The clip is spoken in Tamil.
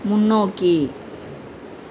முன்னோக்கி